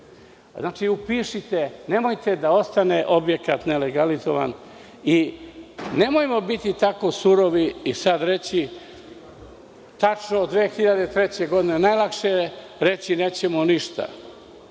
upišite. Nemojte da ostane objekat ne legalizovan i nemojmo biti tako surovi i sad reći - tačno je 2003. godine najlakše reći nećemo ništa